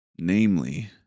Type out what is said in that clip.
namely